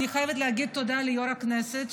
אני חייבת להגיד תודה ליו"ר הכנסת,